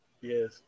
yes